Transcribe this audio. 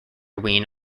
wien